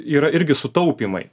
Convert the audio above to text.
yra irgi sutaupymai